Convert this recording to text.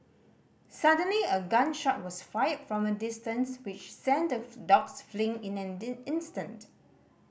suddenly a gun shot was fired from a distance which sent the dogs fleeing in an instant